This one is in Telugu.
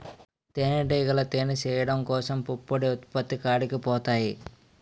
తేనిటీగలు తేనె చేయడం కోసం పుప్పొడి ఉత్పత్తి కాడికి పోతాయి